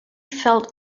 felt